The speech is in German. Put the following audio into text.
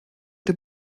dem